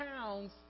pounds